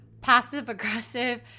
passive-aggressive